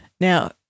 Now